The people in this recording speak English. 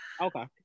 Okay